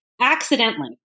accidentally